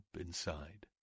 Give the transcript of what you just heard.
inside